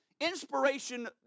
Inspiration